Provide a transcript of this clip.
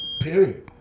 Period